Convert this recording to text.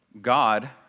God